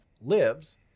lives